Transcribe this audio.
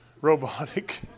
robotic